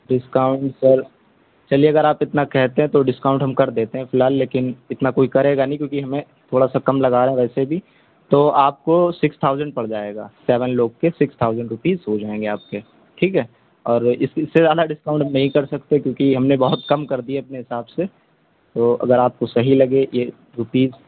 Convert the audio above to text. discount sir چلیے اگر آپ اتنا کہتے ہیں تو ڈسکاؤنٹ ہم کر دیتے ہیں فی الحال لیکن اتنا کوئی کرے گا نہیں کیوں کہ ہمیں تھوڑا سا کم لگا رہے ہیں ویسے بھی تو آپ کو سکس تھاؤزینڈ پڑ جائے گا سیون لوگ کے سکس تھاؤزینڈ روپیز ہو جائیں گے آپ کے ٹھیک ہے اور اس سے زیادہ ڈسکاؤنٹ ہم نہیں کر سکتے کیوں کہ ہم نے بہت کم کر دیے اپنے حساب سے تو اگر آپ کو سہی لگے یہ روپیز